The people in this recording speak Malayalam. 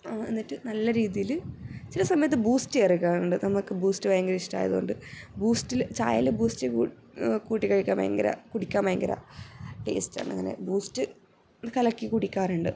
എന്നിട്ട് നല്ല രീതിയിൽ ചില സമയത്ത് ബൂസ്റ്റ് ചേർക്കാറുണ്ട് നമക്ക് ബൂസ്റ്റ് ഭയങ്കര ഇഷ്ടമായത് കൊണ്ട് ബൂസ്റ്റിൽ ചായയിൽ ബൂസ്റ്റ് കൂ കൂട്ടി കഴിക്കാൻ ഭയങ്കര കുടിക്കാൻ ഭയങ്കര ടേസ്റ്റുണ്ട് അങ്ങനെ ബൂസ്റ്റ് കലക്കി കുടിക്കാറുണ്ട്